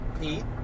Pete